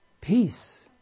Peace